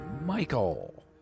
Michael